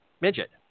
midget